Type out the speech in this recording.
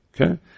Okay